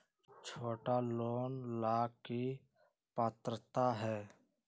छोटा लोन ला की पात्रता है?